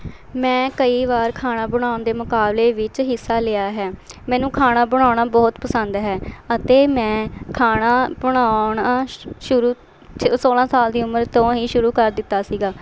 ਮੈਂ ਕਈ ਵਾਰ ਖਾਣਾ ਬਣਾਉਣ ਦੇ ਮੁਕਾਬਲੇ ਵਿੱਚ ਹਿੱਸਾ ਲਿਆ ਹੈ ਮੈਨੂੰ ਖਾਣਾ ਬਣਾਉਣਾ ਬਹੁਤ ਪਸੰਦ ਹੈ ਅਤੇ ਮੈਂ ਖਾਣਾ ਬਣਾਉਣਾ ਸ਼ ਸ਼ੁਰੂ ਸੋਲ੍ਹਾਂ ਸਾਲ ਦੀ ਉਮਰ ਤੋਂ ਹੀ ਸ਼ੁਰੂ ਕਰ ਦਿੱਤਾ ਸੀਗਾ